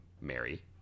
Mary